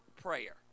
prayer